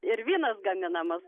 ir vynas gaminamas